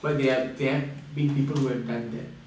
but there there have being people who have done that